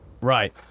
Right